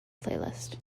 playlist